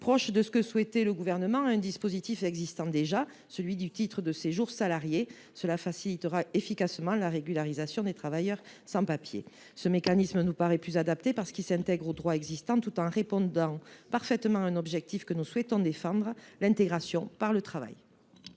proche de celui que souhaitait le Gouvernement, au dispositif existant du titre de séjour salarié. Cela facilitera efficacement la régularisation des travailleurs sans papiers. Ce mécanisme nous paraît plus adapté. Il s’intègre au droit en vigueur tout en répondant parfaitement à l’objectif que nous souhaitons atteindre : l’intégration par le travail.